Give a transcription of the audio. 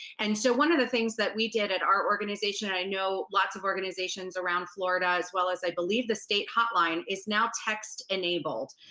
and so one of the things that we did at our organization, i know lots of organizations around florida, as well as i believe the state hotline is now text enabled.